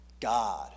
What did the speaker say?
God